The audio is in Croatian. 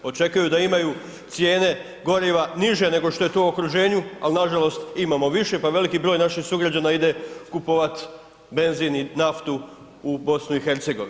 Očekuju da imaju cijene goriva niže nego što je to u okruženju, ali nažalost imamo više pa veliki broj naših sugrađana ide kupovat benzin i naftu i BiH.